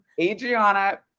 adriana